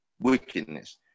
wickedness